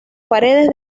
paredes